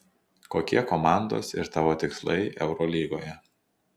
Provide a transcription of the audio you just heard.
kokie komandos ir tavo tikslai eurolygoje